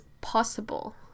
possible